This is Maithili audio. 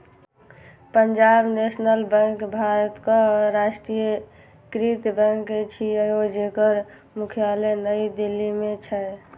पंजाब नेशनल बैंक भारतक राष्ट्रीयकृत बैंक छियै, जेकर मुख्यालय नई दिल्ली मे छै